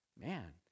Man